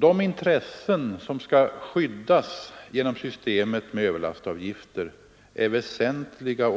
De intressen som skall skyddas genom systemet med överlastavgifter är väsentliga.